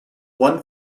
one